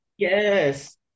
Yes